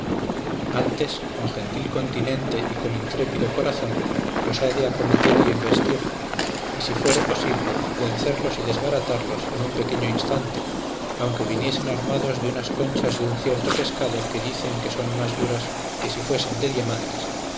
antes con gentil continente y con intrépido corazón los ha de acometer y embestir y si fuere posible vencerlos y desbaratarlos en un pequeño instante aunque viniesen armados de unas conchas de un cierto pescado que dicen que son más duras que si fuesen de diamantes